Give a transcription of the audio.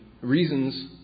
reasons